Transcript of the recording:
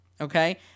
Okay